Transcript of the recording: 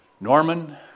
Norman